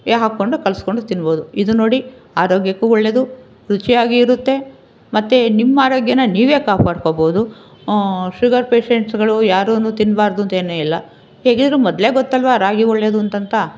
ಯ ಹಾಕ್ಕೊಂಡು ಕಲಸ್ಕೊಂಡು ತಿನ್ಬೋದು ಇದು ನೋಡಿ ಆರೋಗ್ಯಕ್ಕೂ ಒಳ್ಳೆದು ರುಚಿಯಾಗಿ ಇರುತ್ತೆ ಮತ್ತು ನಿಮ್ಮ ಆರೋಗ್ಯನ ನೀವೇ ಕಾಪಾಡ್ಕೋಬೋದು ಶುಗರ್ ಪೇಷಂಟ್ಸ್ಗಳು ಯಾರೂ ತಿನ್ನಬಾರ್ದು ಅಂತ ಏನು ಇಲ್ಲ ಹೇಗಿದ್ದರೂ ಮೊದಲೇ ಗೊತ್ತಲ್ವ ರಾಗಿ ಒಳ್ಳೇದು ಅಂತಂತ